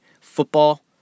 football